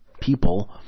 people